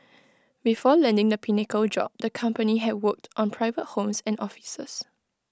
before landing the pinnacle job the company had worked on private homes and offices